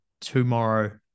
tomorrow